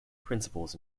principles